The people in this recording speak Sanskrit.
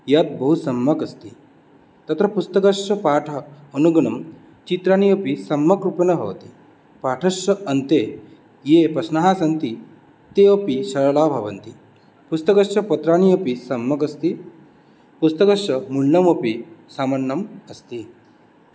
यत् बहुसम्यक् अस्ति तत्र पुस्तकस्य पाठः अनुगुणं चित्राणि अपि सम्यक् रूपेण भवति पाठस्य अन्ते ये प्रश्नाः सन्ति ते अपि सरलाः भवन्ति पुस्तकस्य पत्राणि अपि सम्यक् अस्ति पुस्तकस्य मूल्यमपि सामान्यम् अस्ति